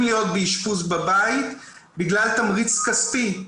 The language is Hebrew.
להיות באשפוז בבית בגלל תמריץ כספי.